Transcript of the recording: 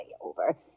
over